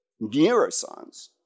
neuroscience